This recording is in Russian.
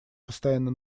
постоянно